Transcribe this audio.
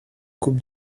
coupe